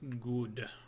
good